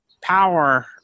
power